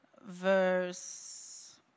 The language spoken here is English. Verse